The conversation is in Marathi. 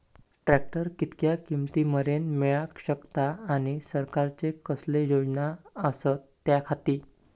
ट्रॅक्टर कितक्या किमती मरेन मेळाक शकता आनी सरकारचे कसले योजना आसत त्याच्याखाती?